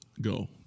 go